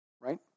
right